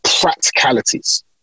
practicalities